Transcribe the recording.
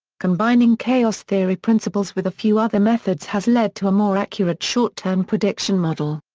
combining chaos theory principles with a few other methods has led to a more accurate short-term prediction model.